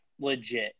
legit